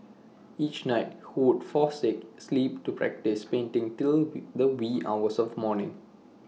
each night he would forsake sleep to practise painting till the wee hours of the morning